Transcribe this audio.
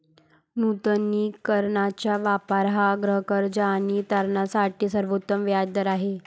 नूतनीकरणाचा वापर हा गृहकर्ज आणि तारणासाठी सर्वोत्तम व्याज दर आहे